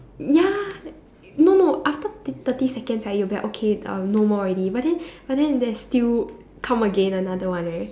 ya no no after t~ thirty seconds right you'll be like okay uh no more already but then but then there's still come again another one right